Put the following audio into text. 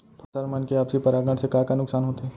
फसल मन के आपसी परागण से का का नुकसान होथे?